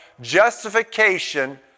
Justification